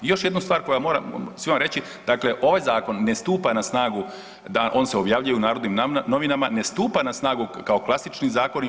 I još jednu stvar koju moram svima reći, dakle ovaj zakon ne stupa na snagu, .../nerazumljivo/... on se objavljuje u Narodnim novinama, ne stupa na snagu kao klasični zakoni.